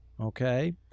okay